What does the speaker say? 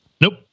Nope